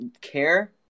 care